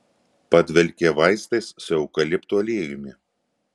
padvelkė vaistais su eukaliptų aliejumi